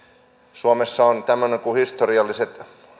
suomessa on tämmöisiä kuin historiallisia